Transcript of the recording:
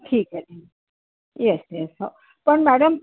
ठीक आहे yes yes हो पण मॅडम